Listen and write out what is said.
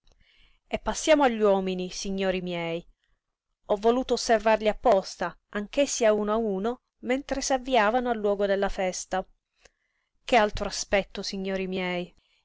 e passiamo agli uomini signori miei ho voluto osservarli apposta anch'essi a uno a uno mentre s'avviavano al luogo della festa che altro aspetto signori miei